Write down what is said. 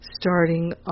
starting